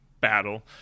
battle